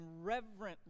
reverently